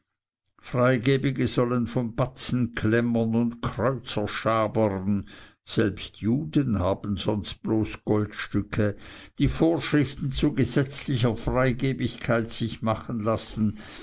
freigebige sollen von batzenklemmern und kreuzerschabern selbst juden schaben sonst bloß goldstücke die vorschriften zu gesetzlicher freigebigkeit sich machen lassen